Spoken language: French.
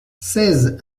seize